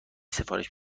سفارش